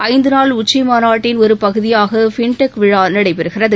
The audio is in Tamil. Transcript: ஐந்து நாள் உச்சி மாநாட்டின் ஒரு பகுதியாக ஃபின்டெக் விழா நடைபெறுகிறது